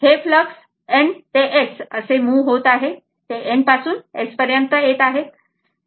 हे फ्लक्स हे N ते S मुव होत आहेत ते N पासून S पर्यंत येत आहे बरोबर